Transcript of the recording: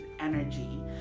energy